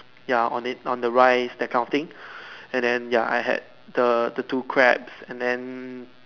ya on it on the rice that kind of thing and then ya I had the the two crabs and then